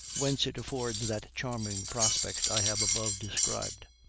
whence it affords that charming prospect i have above described.